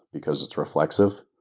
because it's reflexive.